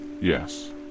Yes